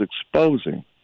exposing